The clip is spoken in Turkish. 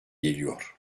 geliyor